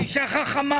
היא אישה חכמה.